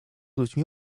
ludźmi